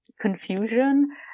confusion